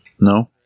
No